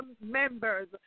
members